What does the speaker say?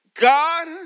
God